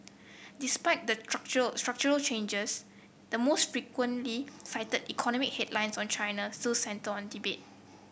despite the structural structural changes the most frequently fight economic headlines on China still centre on debt